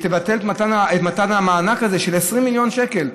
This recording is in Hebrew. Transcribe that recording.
היא תבטל את מתן המענק הזה של 20 מיליון שקל.